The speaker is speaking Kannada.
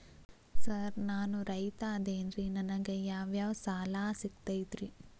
ಸರ್ ನಾನು ರೈತ ಅದೆನ್ರಿ ನನಗ ಯಾವ್ ಯಾವ್ ಸಾಲಾ ಸಿಗ್ತೈತ್ರಿ?